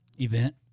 event